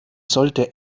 sollte